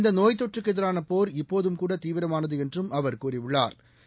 இந்த நோய் தொற்றுக்கு எதிரான போா் இப்போதும்கூட தீவிரமானது என்றும் அவா் கூறியுள்ளாா்